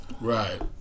Right